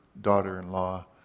daughter-in-law